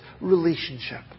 relationship